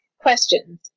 questions